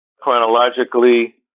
chronologically